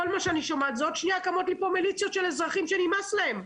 וכל מה שאני שומעת שעוד שנייה קמות לי פה מליציות של אזרחים שנמאס להם,